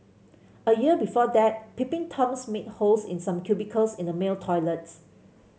a year before that peeping Toms made holes in some cubicles in the male toilets